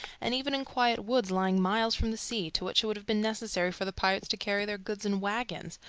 and even in quiet woods lying miles from the sea, to which it would have been necessary for the pirates to carry their goods in wagons,